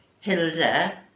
Hilda